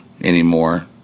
anymore